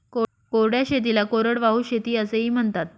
कोरड्या शेतीला कोरडवाहू शेती असेही म्हणतात